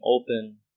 open